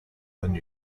than